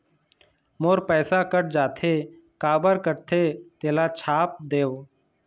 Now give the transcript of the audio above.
मोर पैसा कट जाथे काबर कटथे तेला छाप देव?